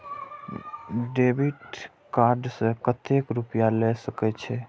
Debit card से कतेक रूपया ले सके छै?